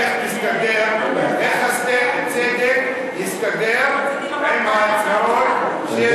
איך תסתדר, איך הצדק יסתדר עם ההצהרות?